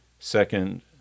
second